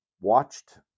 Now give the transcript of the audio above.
watched